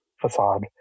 facade